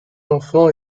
enfants